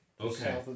Okay